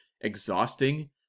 exhausting